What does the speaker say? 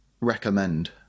recommend